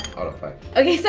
out of five. okay, so